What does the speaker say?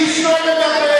איש לא מדבר.